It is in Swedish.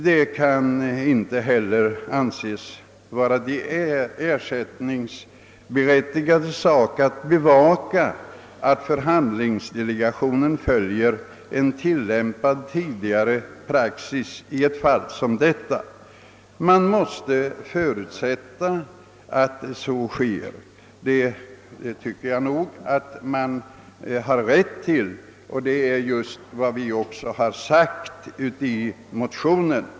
Det kan inte heller anses vara de ersättningberättigades sak att bevaka att förhandlingsdelegationen följer tidigare tillämpad praxis i ett fall som detta, utan man måste ha rätt att förutsätta att så sker. Detta har vi också anfört i motionerna.